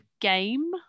game